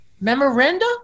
Memoranda